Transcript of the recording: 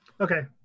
Okay